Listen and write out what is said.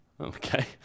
Okay